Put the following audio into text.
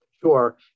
Sure